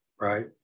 right